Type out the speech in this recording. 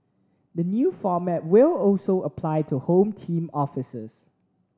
the new format will also apply to Home Team officers